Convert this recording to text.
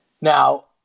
Now